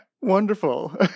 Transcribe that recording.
wonderful